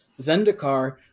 Zendikar